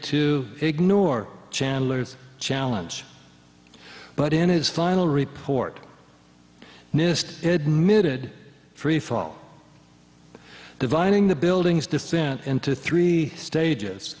to ignore chandler's challenge but in its final report nist admitted freefall dividing the building's descent into three stages